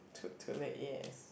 yes